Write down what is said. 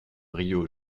rio